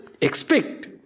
expect